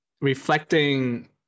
reflecting